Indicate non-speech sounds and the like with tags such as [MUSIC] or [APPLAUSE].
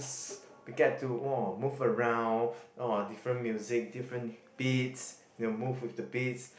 [NOISE] get to !wah! move around or different music different beats you move with the beats